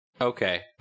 Okay